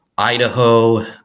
Idaho